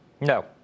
No